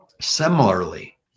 Similarly